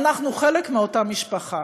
אנחנו חלק מאותה משפחה.